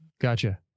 Gotcha